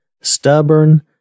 stubborn